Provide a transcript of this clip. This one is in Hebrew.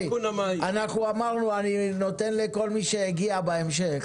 אתם מבינים שיש שינוי בעולם המכתבים